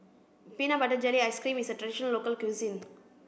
Peanut Butter Jelly Ice cream is a traditional local cuisine